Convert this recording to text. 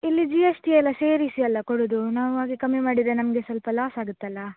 ಇಲ್ಲಿ G S T ಎಲ್ಲ ಸೇರಿಸಿ ಅಲ್ವಾ ಕೊಡೋದು ನಾವು ಹಾಗೆ ಕಮ್ಮಿ ಮಾಡಿದರೆ ನಮಗೆ ಸ್ವಲ್ಪ ಲಾಸ್ ಆಗುತ್ತಲ್ಲ